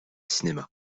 cinéma